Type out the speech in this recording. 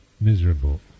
miserable